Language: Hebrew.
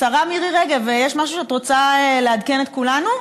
השרה מירי רגב, יש משהו שאת רוצה לעדכן את כולנו?